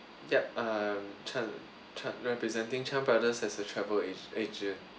yup uh Chan Chan representing Chan brothers as a travel ag~ agent